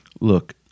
look